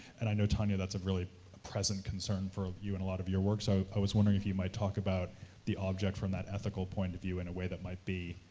and i know, tanya, that's a really present concern for you and a lot of your works, so i was wondering if you might talk about the object from that ethical point of view in a way that might be,